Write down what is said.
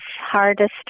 hardest